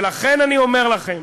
ולכן אני אומר לכם,